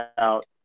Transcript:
out